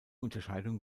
unterscheidung